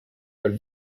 but